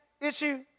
issue